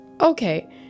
Okay